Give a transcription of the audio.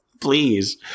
Please